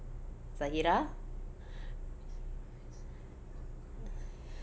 zahirah